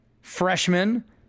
freshman